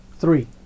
three